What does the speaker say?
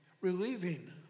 relieving